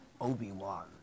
Obi-Wan